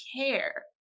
care